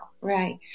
right